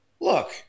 Look